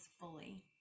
fully